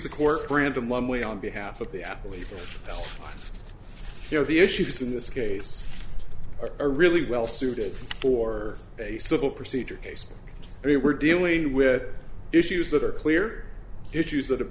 the court granted one way on behalf of the athlete you know the issues in this case are really well suited for a civil procedure case we were dealing with issues that are clear issues that have